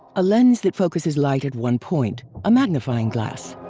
a lens that focuses light at one point. a magnifying glass.